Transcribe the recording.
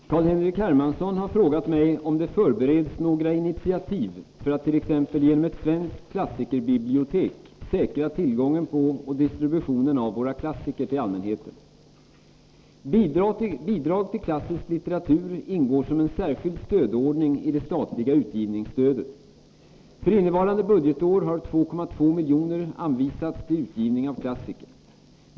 Herr talman! Carl-Henrik Hermansson har frågat mig om det förbereds några initiativ för att t.ex. genom ett svenskt klassikerbibliotek säkra tillgången på och distributionen av våra klassiker till allmänheten. Bidrag till klassisk litteratur ingår som en särskild stödordning i det statliga utgivningsstödet. För innevarande budgetår har 2,2 milj.kr. anvisats till utgivning av klassiker.